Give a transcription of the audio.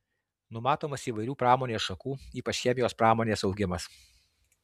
numatomas įvairių pramonės šakų ypač chemijos pramonės augimas